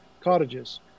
cottages